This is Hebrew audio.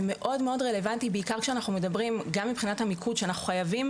זה מאוד רלבנטי בעיקר כשאנחנו מדברים גם מבחינת המיקוד שאנחנו חייבים